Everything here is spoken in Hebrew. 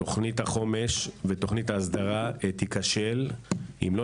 תוכנית החומש ותוכנית ההסדרה ייכשלו אם לא